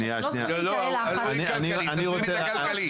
שנייה, שנייה --- לא, לא,